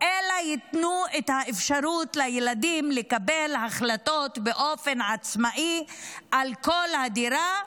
אלא ייתנו את האפשרות לילדים לקבל החלטות באופן עצמאי על כל הדירה,